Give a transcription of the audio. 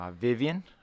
Vivian